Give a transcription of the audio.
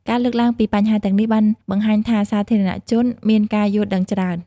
ការលើកឡើងពីបញ្ហាទាំងនេះបានបង្ហាញថាសាធារណៈជនមានការយល់ដឹងច្រើន។